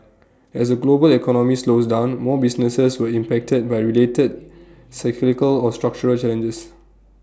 as A global economy slows down more businesses were impacted by related cyclical or structural challenges